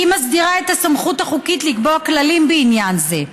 היא מסדירה את הסמכות החוקית לקבוע כללים בעניין זה.